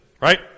Right